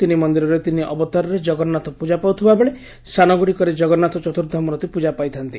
ତିନି ମନ୍ଦିରରେ ତିନି ଅବତାରରେ ଜଗନ୍ନାଥ ପୂଜା ପାଉଥିବା ବେଳେ ସାନଗୁଡିରେ ଜଗନ୍ନାଥ ଚତୁର୍ବ୍ଧା ମୁରତୀ ପୂକା ପାଇଥାତି